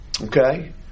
Okay